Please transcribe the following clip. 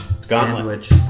sandwich